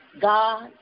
God